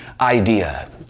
idea